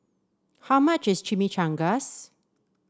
how much is Chimichangas